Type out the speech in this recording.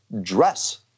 dress